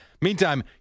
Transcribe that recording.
Meantime